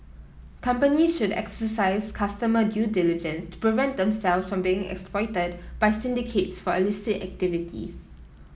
company should exercise customer due diligence to prevent themselves from being exploited by syndicates for illicit activities